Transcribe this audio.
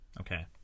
Okay